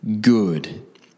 good